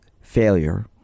failure